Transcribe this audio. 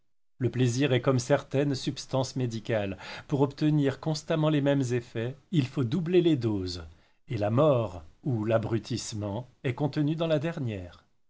le plaisir est comme certaines substances médicales pour obtenir constamment les mêmes effets il faut doubler les doses et la mort ou l'abrutissement est contenu dans la dernière